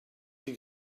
die